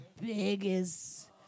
biggest